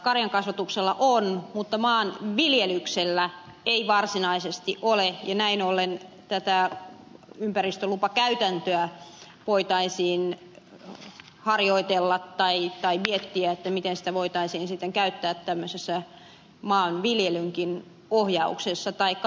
karjankasvatuksella on mutta maanviljelyksellä ei varsinaisesti ole ja näin ollen tätä ympäristölupakäytäntöä voitaisiin harjoitella tai miettiä miten sitä voitaisiin sitten käyttää tämmöisessä maanviljelynkin ohjauksessa taikka ympäristövaikutusten arvioinnissa